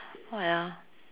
what ah